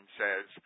says